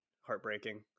Heartbreaking